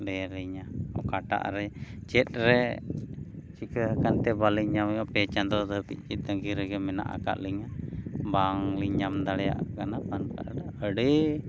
ᱞᱟᱹᱭ ᱟᱹᱞᱤᱧᱟ ᱚᱠᱟᱴᱟᱜ ᱨᱮ ᱪᱮᱫ ᱨᱮ ᱪᱤᱠᱟᱹ ᱟᱠᱟᱱ ᱛᱮ ᱵᱟᱹᱞᱤᱧ ᱧᱟᱢᱮᱫᱟ ᱯᱮ ᱪᱟᱸᱫᱚ ᱫᱷᱟᱹᱵᱤᱡ ᱜᱮ ᱛᱟᱺᱜᱤ ᱨᱮᱜᱮ ᱢᱮᱱᱟᱜ ᱟᱠᱟᱫ ᱞᱤᱧᱟᱹ ᱵᱟᱝ ᱞᱤᱧ ᱧᱟᱢ ᱫᱟᱲᱮᱭᱟᱜ ᱠᱟᱱᱟ ᱟᱹᱰᱤ